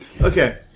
Okay